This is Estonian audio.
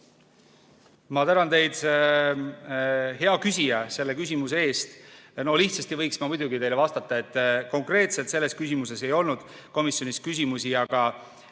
Ma tänan teid, hea küsija, selle küsimuse eest! No lihtsasti võiks ma muidugi teile vastata, et konkreetselt selles küsimuses ei olnud komisjonis küsimusi, aga